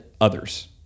others